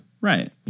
Right